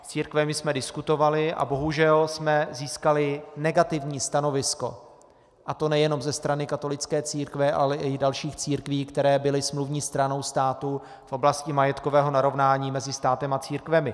S církvemi jsme diskutovali a bohužel jsme získali negativní stanovisko, a to nejenom ze strany katolické církve, ale i dalších církví, které byly smluvní stranou státu v oblasti majetkového narovnání mezi státem a církvemi.